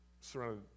surrounded